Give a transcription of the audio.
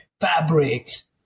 fabrics